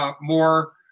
more